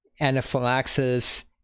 anaphylaxis